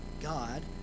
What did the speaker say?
God